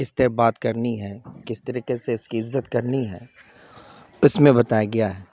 اس طرح بات کرنی ہے کس طریقے سے اس کی عزت کرنی ہے اس میں بتایا گیا ہے